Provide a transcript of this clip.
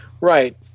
Right